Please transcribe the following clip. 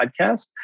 Podcast